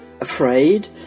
Afraid